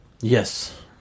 Yes